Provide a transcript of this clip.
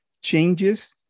changes